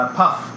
puff